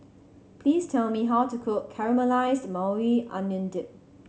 please tell me how to cook Caramelized Maui Onion Dip